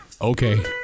Okay